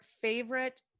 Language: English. favorite